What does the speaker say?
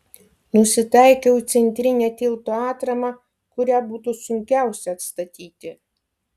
nusitaikiau į centrinę tilto atramą kurią būtų sunkiausia atstatyti